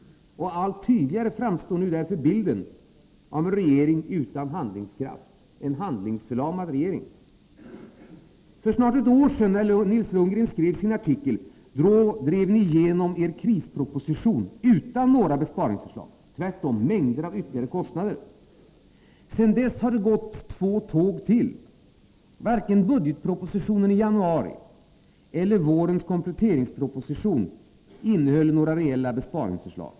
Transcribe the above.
Allt tydligare framstår nu därför bilden av en handlingsförlamad regering. För snart ett år sedan, när Nils Lundgren skrev sin artikel, drev ni igenom er krisproposition, utan några besparingsförslag — tvärtom med mängder av ytterligare kostnader. Sedan dess har ytterligare två tåg gått. Varken budgetpropositionen i januari eller vårens kompletteringsproposition innehöll några reella besparingsförslag.